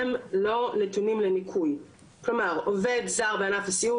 עובד זר בענף הסיעוד שיש לגביו החלטה של הרשות,